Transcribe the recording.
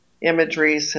imagery